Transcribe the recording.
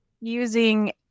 using